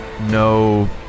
no